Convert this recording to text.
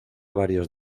varios